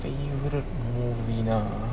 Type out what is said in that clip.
the movie you know